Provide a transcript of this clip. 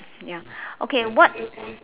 ya okay what